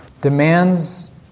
Demands